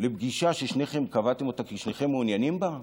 בפגישה ששניכם קבעתם אותה כי שניכם מעוניינים בה,